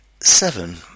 seven